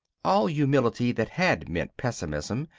all humility that had meant pessimism,